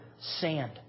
sand